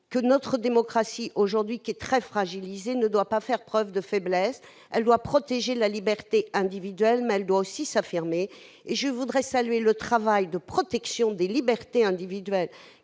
que notre démocratie, qui est aujourd'hui très fragilisée, ne doit pas faire preuve de faiblesse. Elle doit protéger la liberté individuelle, mais aussi s'affirmer. Je salue donc le travail de protection des libertés individuelles